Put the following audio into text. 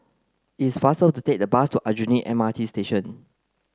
it's faster to take the bus to Aljunied M R T Station